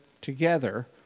together